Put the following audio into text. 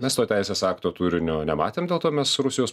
mes to teisės akto turinio nematėm dėl to mes rusijos